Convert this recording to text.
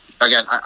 Again